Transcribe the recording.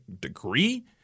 degree